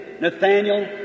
Nathaniel